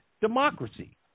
democracy